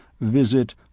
visit